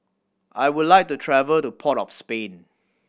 I would like to travel to Port of Spain